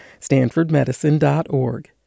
StanfordMedicine.org